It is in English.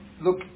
look